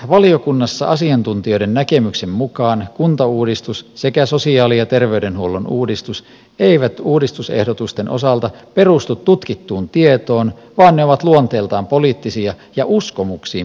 valiokunnassa asiantuntijoiden näkemyksen mukaan kuntauudistus sekä sosiaali ja terveydenhuollon uudistus eivät uudistusehdotusten osalta perustu tutkittuun tietoon vaan ne ovat luonteeltaan poliittisia ja uskomuksiin perustuvia